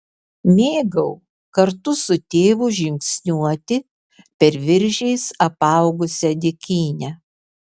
mėgau kartu su tėvu žingsniuoti per viržiais apaugusią dykynę